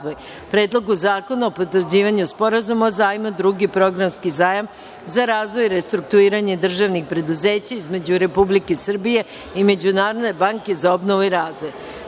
Predlogu zakona o potvrđivanju Sporazuma o zajmu (Drugi programski zajam za razvoj i restrukturiranje državnih preduzeća) između Republike Srbije i Međunarodne banke za obnovu i razvoj;